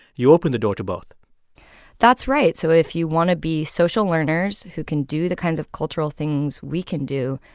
you open the door to both that's right. so if you want to be social learners who can do the kinds of cultural things we can do,